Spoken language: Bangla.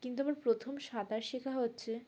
কিন্তু আমার প্রথম সাঁতার শেখা হচ্ছে